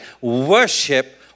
Worship